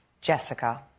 jessica